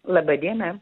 laba diena